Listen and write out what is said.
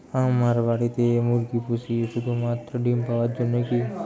আমরা বাড়িতে মুরগি পুষি শুধু মাত্র ডিম পাওয়ার জন্যই কী?